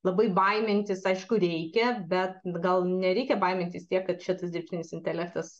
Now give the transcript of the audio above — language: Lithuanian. labai baimintis aišku reikia bet gal nereikia baimintis tiek kad čia tas dirbtinis intelektas